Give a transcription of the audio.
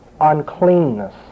uncleanness